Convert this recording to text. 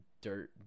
dirt